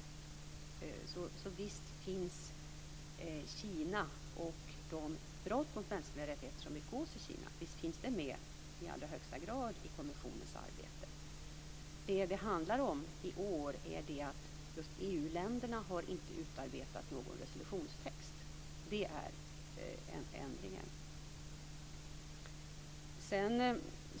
Frågan om Kina och de brott mot mänskliga rättigheter som begås av Kina finns alltså i allra högsta grad med i kommissionens arbete. Det handlar om att just EU-länderna inte har utarbetat någon resolutionstext i år. Det är ändringen.